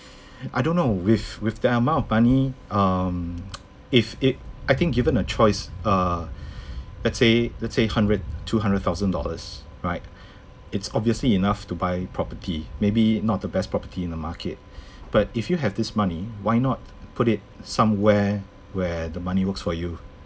I don't know with with that amount of money um if it I think given a choice uh let's say let's say hundred two hundred thousand dollars right it's obviously enough to buy property maybe not the best property in the market but if you have this money why not put it somewhere where the money works for you